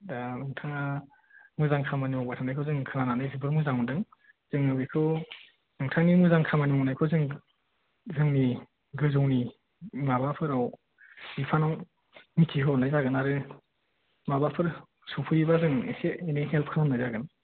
दा नोंथाङा मोजां खामानि मावबाय थानायखौ जों खोनानानै जोबोर मोजां मोन्दों जोङो बेखौ नोंथांनि मोजां खामानि मावनायखौ जों जोंनि गोजौनि माबाफोराव बिफानाव मिथि होहरनाय जागोन आरो माबाफोर सौफैयोब्ला जों एसे एनै हेल्प खालामनाय जागोन